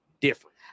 different